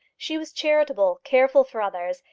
she was charitable, careful for others,